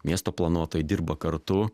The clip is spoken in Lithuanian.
miesto planuotojai dirba kartu